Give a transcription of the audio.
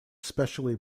specially